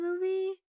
movie